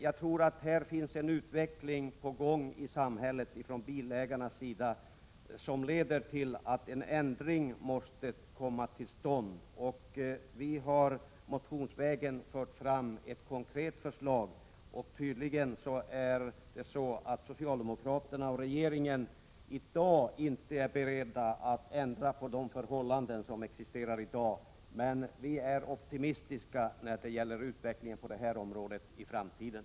Jag tror att det från bilägarnas sida finns en utveckling på gång i samhället, som leder till att en ändring måste komma till stånd. Vi har fört fram ett konkret förslag motionsvägen. Socialdemokraterna och regeringen är tydligen inte i dag beredda att ändra på de förhållanden som existerar. Vi är emellertid optimistiska när det gäller utvecklingen på detta område i framtiden.